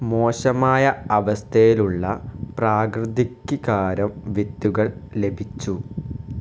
മോശമായ അവസ്ഥയിലുള്ള പ്രാകൃതിക് കാരം വിത്തുകൾ ലഭിച്ചു